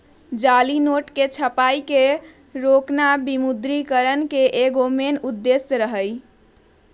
जाली नोट के छपाई के रोकना विमुद्रिकरण के एगो मेन उद्देश्य रही